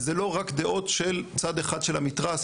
וזה לא רק דעות של צד אחד של המתרס,